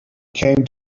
came